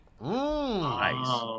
Nice